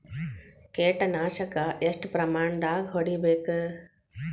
ಕೇಟ ನಾಶಕ ಎಷ್ಟ ಪ್ರಮಾಣದಾಗ್ ಹೊಡಿಬೇಕ?